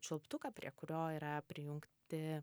čiulptuką prie kurio yra prijungti